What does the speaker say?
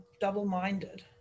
double-minded